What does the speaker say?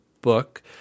book